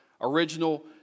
original